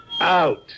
Out